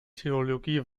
theologie